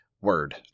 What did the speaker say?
Word